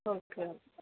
okay